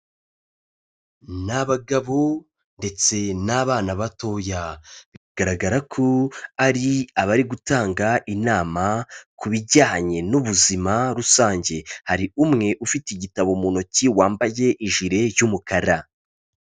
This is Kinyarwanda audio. Ni abagabo ndetse n'abana batoya, bigaragara ko ari abari gutanga inama ku bijyanye n'ubuzima rusange, hari umwe ufite igitabo mu ntoki wambaye ijire y'umukara.